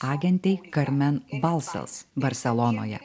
agentei karmen balsils barselonoje